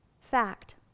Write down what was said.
fact